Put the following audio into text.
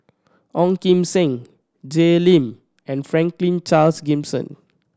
Ong Kim Seng Jay Lim and Franklin Charles Gimson